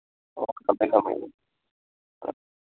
ꯍꯣꯏ ꯊꯝꯃꯦ ꯊꯝꯃꯦ